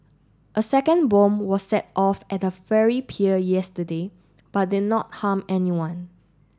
a second bomb were set off at a ferry pier yesterday but did not harm anyone